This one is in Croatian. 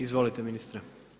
Izvolite ministre.